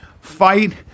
fight